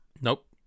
Nope